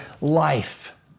life